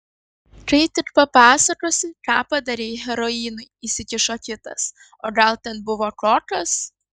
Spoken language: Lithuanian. kai tik papasakosi ką padarei heroinui įsikišo kitas o gal ten buvo kokas